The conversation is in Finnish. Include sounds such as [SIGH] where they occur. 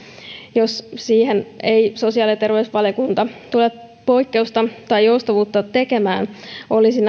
jos siihen ei sosiaali ja terveysvaliokunta tule poikkeusta tai joustavuutta tekemään olisi [UNINTELLIGIBLE]